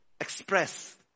express